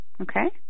Okay